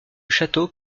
château